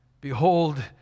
Behold